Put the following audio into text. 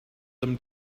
them